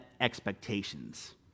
expectations